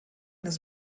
das